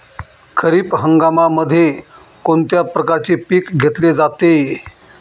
खरीप हंगामामध्ये कोणत्या प्रकारचे पीक घेतले जाते?